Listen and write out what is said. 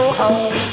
home